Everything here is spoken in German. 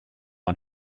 und